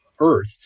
earth